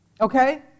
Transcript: Okay